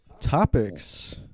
topics